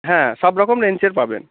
হ্যাঁ সব রকম রেঞ্জের পাবেন